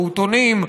פעוטונים,